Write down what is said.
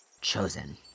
chosen